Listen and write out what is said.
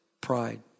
Pride